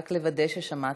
רק לוודא ששמעת,